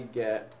get